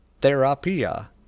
Therapia